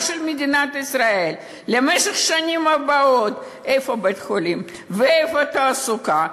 של מדינת ישראל בשנים הבאות: איפה יהיה בית-חולים ואיפה התעסוקה,